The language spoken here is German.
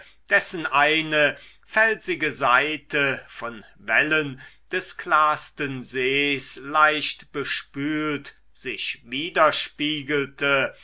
dessen eine felsige seite von wellen des klarsten sees leicht bespült sich widerspiegelte